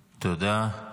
תודה.